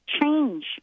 change